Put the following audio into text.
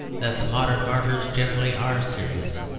that the modern martyrs generally are serious,